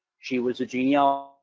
she was a genealogist,